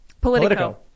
Politico